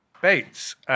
Bates